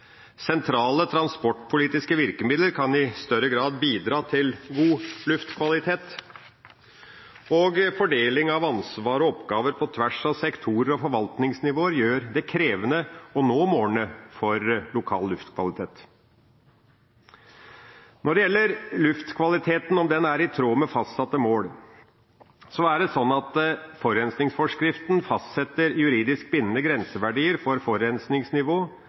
Sentrale transportpolitiske virkemidler kan i større grad bidra til god luftkvalitet, og fordeling av ansvar og oppgaver på tvers av sektorer og forvaltningsnivåer gjør det krevende å nå målene for lokal luftkvalitet. Når det gjelder om luftkvaliteten er i tråd med fastsatte mål, er det sånn at forurensningsforskriften fastsetter juridisk bindende grenseverdier for forurensningsnivå